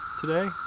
today